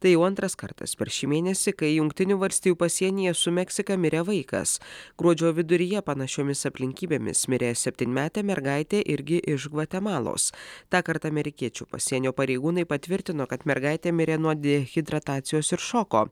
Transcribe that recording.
tai jau antras kartas per šį mėnesį kai jungtinių valstijų pasienyje su meksika mirė vaikas gruodžio viduryje panašiomis aplinkybėmis mirė septynmetė mergaitė irgi iš gvatemalos tąkart amerikiečių pasienio pareigūnai patvirtino kad mergaitė mirė nuo dehidratacijos ir šoko